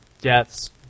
deaths